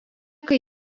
kai